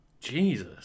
jesus